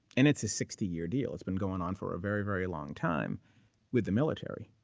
and it's a sixty year deal. it's been going on for a very, very long time with the military.